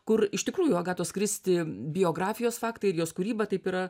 kur iš tikrųjų agatos kristi biografijos faktai ir jos kūryba taip yra